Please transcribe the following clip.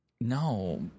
No